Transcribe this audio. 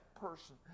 person